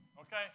Okay